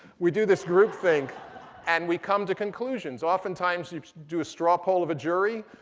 we do this groupthink and we come to conclusions. oftentimes, you do a straw poll of a jury,